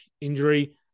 injury